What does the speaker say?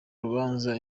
rubanza